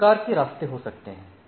विभिन्न प्रकार के रास्ते हो सकते हैं